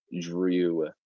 drew